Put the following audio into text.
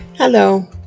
Hello